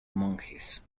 monjes